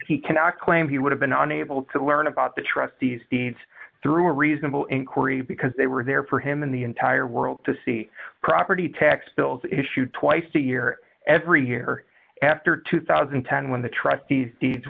he cannot claim he would have been unable to learn about the trustees deeds through a reasonable inquiry because they were there for him in the entire world to see property tax bills issued twice a year every year after two thousand and ten when the trust